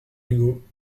hugo